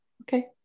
okay